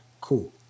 cool